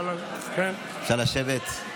אפשר לשבת.